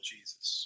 Jesus